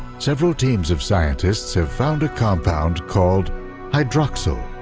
several teams of scientists have found a compound called hydroxyl.